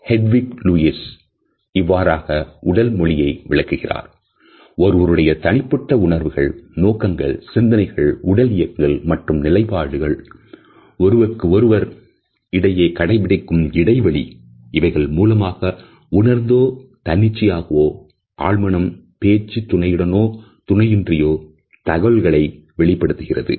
Gatwick Lewis இவ்வாறாக உடல் மொழியை விளக்குகிறார் " ஒருவருடைய தனிப்பட்ட உணர்வுகள் நோக்கங்கள் சிந்தனைகள் உடல் இயக்கங்கள் மற்றும் நிலைப்பாடு ஒருவருக்கு ஒருவர் இடையே கடைபிடிக்கும் இடைவெளி இவைகள் மூலமாக உணர்ந்தோ தன்னிச்சையாக ஆழ்மனம் பேச்சு துணையுடனோ துணையின்றி யோ தகவல்களை வெளிப்படுத்துகிறது